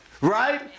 Right